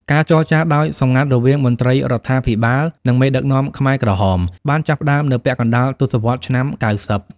ការចរចាដោយសម្ងាត់រវាងមន្ត្រីរដ្ឋាភិបាល និងមេដឹកនាំខ្មែរក្រហមបានចាប់ផ្តើមនៅពាក់កណ្តាលទសវត្សរ៍ឆ្នាំ ៩០។